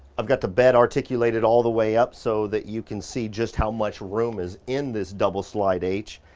i've got the bed articulated all the way up so that you can see just how much room is in this double slide h.